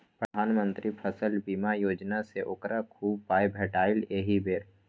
प्रधानमंत्री फसल बीमा योजनासँ ओकरा खूब पाय भेटलै एहि बेर